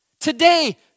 Today